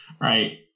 right